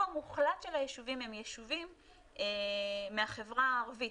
המוחלט של היישובים הם יישובים מהחברה הערבית,